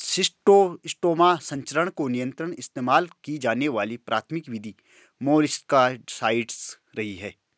schistosoma संचरण को नियंत्रित इस्तेमाल की जाने वाली प्राथमिक विधि मोलस्कसाइड्स रही है